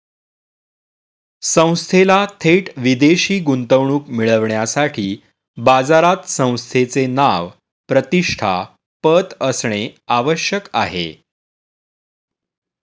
संस्थेला थेट विदेशी गुंतवणूक मिळविण्यासाठी बाजारात संस्थेचे नाव, प्रतिष्ठा, पत असणे आवश्यक आहे